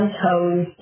toes